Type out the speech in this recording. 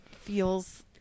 feels